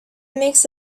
makes